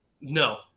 No